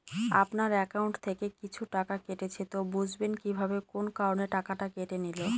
আপনার একাউন্ট থেকে কিছু টাকা কেটেছে তো বুঝবেন কিভাবে কোন কারণে টাকাটা কেটে নিল?